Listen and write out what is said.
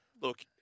look